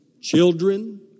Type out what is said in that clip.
children